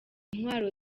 intwaro